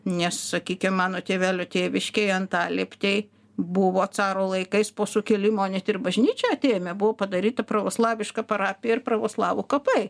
nes sakykim mano tėvelio tėviškėj antalieptėj buvo caro laikais po sukilimo net ir bažnyčią atėmę buvo padaryta pravoslaviška parapija ir pravoslavų kapai